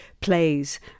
plays